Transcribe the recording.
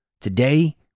Today